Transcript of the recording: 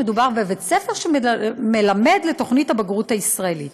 מדובר בבית-ספר שמלמד לתוכנית הבגרות הישראלית.